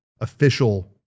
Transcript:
official